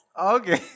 okay